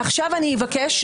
תצאי בבקשה.